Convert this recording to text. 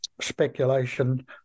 speculation